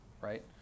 right